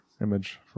image